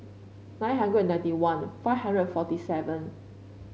nine hundred ninety one five hundred and forty seven